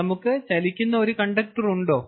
നമുക്ക് ചലിക്കുന്ന ഒരു കണ്ടക്ടർ ഉണ്ടോ